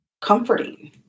comforting